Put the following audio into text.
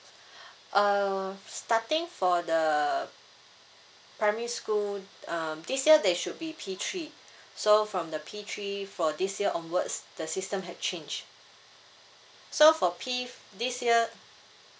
uh starting for the primary school um this year they should be P three so from the P three for this year onwards the system have change so for P this year